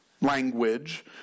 language